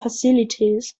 facilities